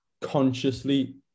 consciously